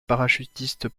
parachutistes